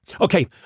Okay